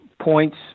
points